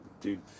dude